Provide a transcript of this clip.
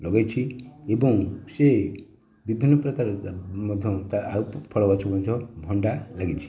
ଲଗାଇଛି ଏବଂ ସେ ବିଭିନ୍ନ ପ୍ରକାର ମଧ୍ୟ ଫଳ ଗଛ ମଧ୍ୟ ଭଣ୍ଡା ଲାଗିଛି